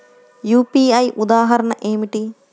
UPI ఉదాహరణ ఏమిటి?